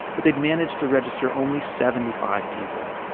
but they'd managed to register only seventy five people.